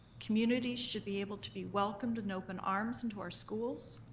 communities should be able to be welcomed in open arms into our schools.